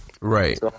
Right